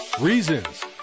Reasons